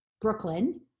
Brooklyn